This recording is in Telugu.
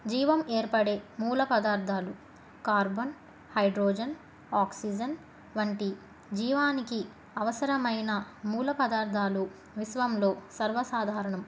జీవం ఏర్పడే మూల పదార్థాలు కార్బన్ హైడ్రోజన్ ఆక్సిజన్ వంటి జీవానికి అవసరమైన మూల పదార్థాలు విశ్వంలో సర్వసాధారణం